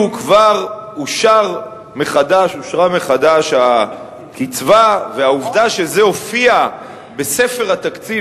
כבר אושרה מחדש הקצבה והעובדה שזה הופיע בספר התקציב